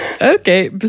Okay